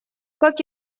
как